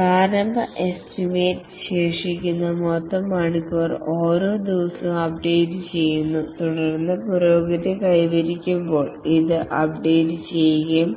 പ്രാരംഭ എസ്റ്റിമേറ്റ് ശേഷിക്കുന്ന മൊത്തം മണിക്കൂറുകൾ ഓരോ ദിവസവും അപ്ഡേറ്റുചെയ്യുന്നു തുടർന്ന് പുരോഗതി കൈവരിക്കുമ്പോൾ ഇത് അപ്ഡേറ്റുചെയ്യുകയും